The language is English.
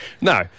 No